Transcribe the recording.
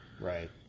Right